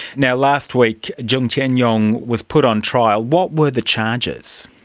yeah last week, jiang tianyong was put on trial. what were the charges?